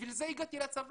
בשביל זה הגעתי לצבא.